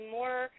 more